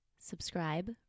subscribe